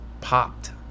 popped